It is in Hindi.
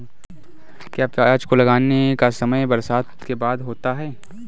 क्या प्याज को लगाने का समय बरसात के बाद होता है?